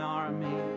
army